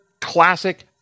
classic